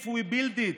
If we build it,